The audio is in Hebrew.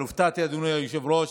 אבל הופתעתי, אדוני היושב-ראש,